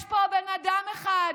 יש פה בן אדם אחד